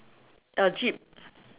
uh jeep